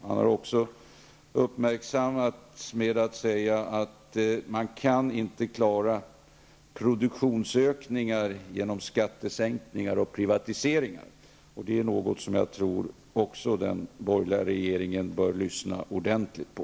Han har uppmärksammats även för att han säger att man inte kan klara produktionsökningar genom skattesänkningar och privatiseringar. Det är också något som jag tror att den borgerliga regeringen bör lyssna ordentligt på.